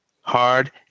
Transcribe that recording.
hard